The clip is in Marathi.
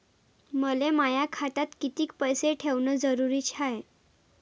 मले माया खात्यात कितीक पैसे ठेवण जरुरीच हाय?